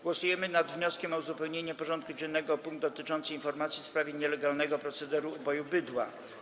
Głosujemy nad wnioskiem o uzupełnienie porządku dziennego o punkt dotyczący informacji w sprawie nielegalnego procederu uboju bydła.